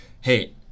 hey